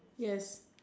yes